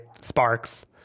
Sparks